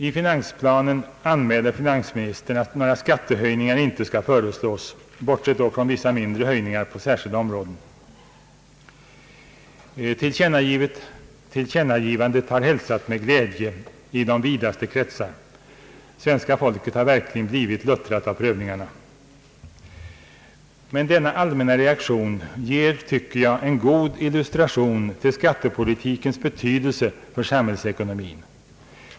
I finansplanen anmäler finansministern att några skattehöjningar inte skall föreslås — bortsett då från vissa mindre höjningar på särskilda områden. Tillkännagivandet har hälsats med glädje i de vidaste kretsar — svenska folket har verkligen blivit luttrat av prövningarna. Denna allmänna reaktion ger — tycker jag — en god illustration till skattepolitikens betydelse för samhällsekonomin.